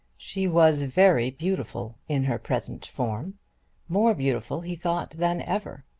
she was very beautiful in her present form more beautiful he thought than ever.